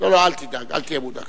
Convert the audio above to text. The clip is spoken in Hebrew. אין פה אף אחד.